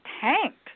tanked